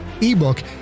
ebook